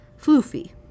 floofy